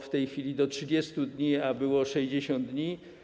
W tej chwili jest to 30 dni, a było 60 dni.